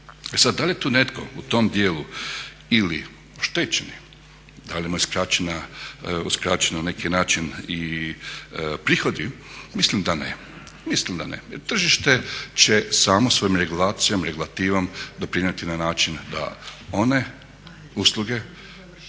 sad da li je tu netko u tom dijelu ili oštećen, da li su mu uskraćeni na neki način prihodi, mislim da ne, jer tržište će samo svojim regulacijama, regulativom doprinijeti na način da one usluge